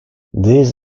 this